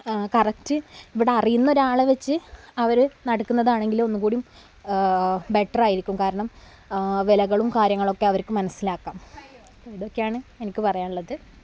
correct ഇവിടെ അറിയുന്ന ഒരാളെ വച്ച് അവർ നടക്കുന്നതാണെങ്കിൽ ഒന്നുകൂടി ബെറ്റർ ആയിരിക്കും കാരണം വിലകളും കാര്യങ്ങളും ഒക്കെ അവർക്ക് മനസ്സിലാക്കാം ഇതൊക്കെയാണ് എനിക്ക് പറയാനുള്ളത്